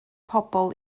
pobl